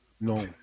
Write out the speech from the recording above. No